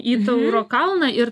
į tauro kalną ir